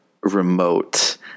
remote